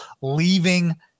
leaving